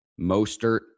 Mostert